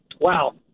wow